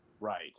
Right